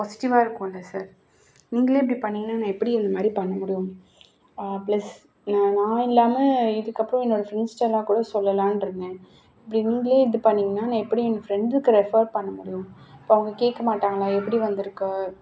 பாசிட்டிவாக இருக்கும் இல்லை சார் நீங்களே இப்படி பண்ணீங்கன்னால் நான் எப்படி இந்தமாதிரி பண்ண முடியும் ப்ளஸ் நான் நான் இல்லாமல் இதுக்கப்புறம் என்னோடய ஃப்ரெண்ட்ஸ்ட்டெல்லாம் கூட சொல்லலானிருந்தேன் இப்படி நீங்களே இது பண்ணீங்கன்னால் நான் எப்படி என் ஃப்ரெண்டுக்கு ரெஃபர் பண்ண முடியும் இப்போ அவங்க கேட்க மாட்டாங்களா எப்படி வந்திருக்கு